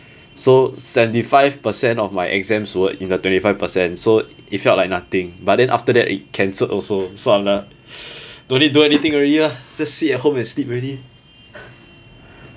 so seventy five percent of my exams were in a twenty five percent so it felt like nothing but then after that it cancelled also so I am like don't need do anything lah just sit at home and sleep already